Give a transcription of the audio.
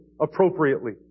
appropriately